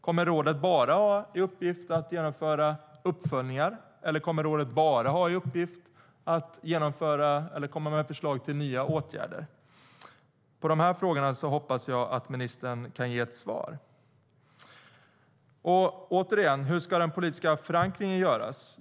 Kommer rådet bara att ha i uppgift att genomföra uppföljningar, eller kommer rådet bara att ha i uppgift att komma med förslag till nya åtgärder? På de här frågorna hoppas jag att ministern kan ge ett svar. Återigen: Hur ska den politiska förankringen göras?